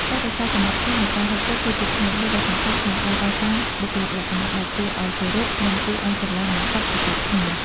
ការរក្សាសណ្តាប់ធ្នាប់នៃការហូបចុកគឺជាផ្នែកមួយដ៏សំខាន់ក្នុងការកសាងបុគ្គលិកលក្ខណៈដែលគួរឱ្យគោរព និង គួរឱ្យស្រឡាញ់បំផុតពីគ្រប់គ្នា។